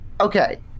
Okay